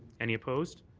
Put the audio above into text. any opposed?